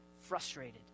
frustrated